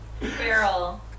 barrel